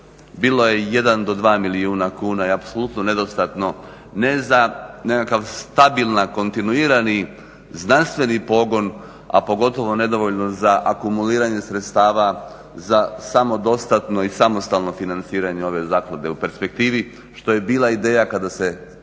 bilo je 1-2 milijuna kuna i apsolutno nedostatno ne za nekakav stabilan, kontinuirani, znanstveni pogon a pogotovo nedovoljno za akumuliranje sredstava za samo dostatno i samostalno financiranje ove zaklade u perspektivi što je bila ideja kada se